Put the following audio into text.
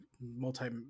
multi